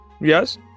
Yes